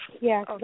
yes